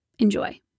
Enjoy